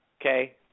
okay